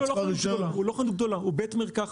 לא, הוא לא חנות גדולה, הוא בית מרקחת.